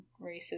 racist